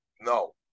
No